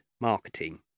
marketing